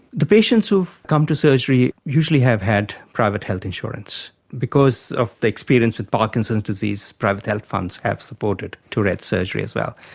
the patients who have come to surgery usually have had private health insurance. because of the experience with parkinson's disease, private health funds have supported tourette's surgery as well.